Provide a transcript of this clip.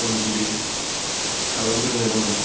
अन गुन्दै खालामग्रोनो नांगौ